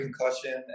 concussion